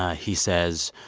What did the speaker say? ah he says,